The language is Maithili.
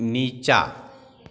नीचाँ